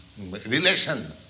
relation